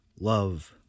Love